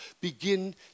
begin